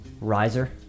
riser